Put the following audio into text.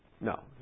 No